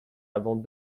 avant